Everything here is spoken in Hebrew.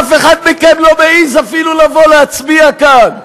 אף אחד מכם לא מעז אפילו לבוא להצביע כאן.